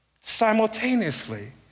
simultaneously